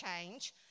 change